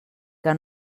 que